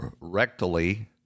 rectally